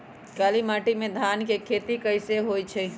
काली माटी में धान के खेती कईसे होइ छइ?